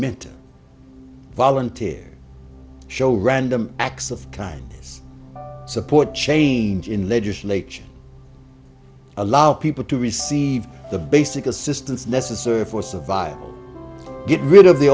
mentor volunteers show random acts of kindness support change in legislation allow people to receive the basic assistance necessary for survival get rid of the